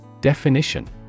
Definition